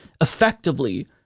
effectively